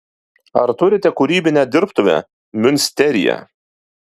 ar turite kūrybinę dirbtuvę miunsteryje